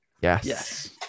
Yes